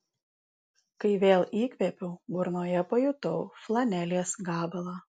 kai vėl įkvėpiau burnoje pajutau flanelės gabalą